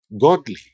godly